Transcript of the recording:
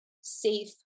safe